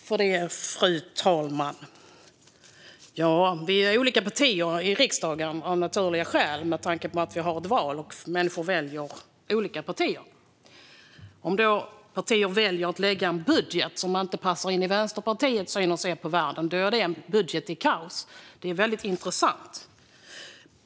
Fru talman! Vi är ju olika partier i riksdagen, av naturliga skäl. Vi har ju val där människor väljer olika partier. Om man lägger fram en budget som inte passar Vänsterpartiets sätt att se på världen är det alltså enligt Birger Lahti en budget i kaos. Det är väldigt intressant.